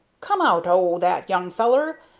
come out o' that, young feller,